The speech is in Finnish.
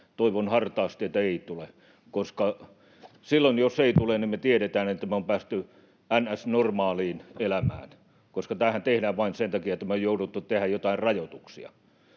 Toivon hartaasti, että ei tule, koska silloin, jos ei tule, niin me tiedetään, että me ollaan päästy ns. normaaliin elämään, koska tämähän tehdään vain sen takia, että me on jouduttu tekemään joitain rajoituksia,